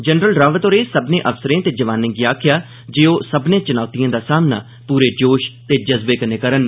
general Rawat होरें सब्बने अफसरें ते जवानें गी आक्खेआ जे ओह सब्बने चुनौतिएं दा सामना पूरे जोष ते जज्बे कन्नै करन